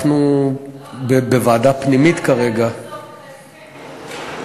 אנחנו בוועדה פנימית כרגע, לא,